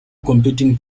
competing